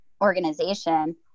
organization